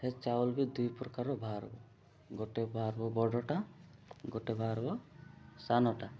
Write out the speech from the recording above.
ସେ ଚାଉଳ ବି ଦୁଇ ପ୍ରକାର ବାହହାରିବ ଗୋଟେ ବାହାରିବ ବଡ଼ଟା ଗୋଟେ ବାହାରିବ ସାନଟା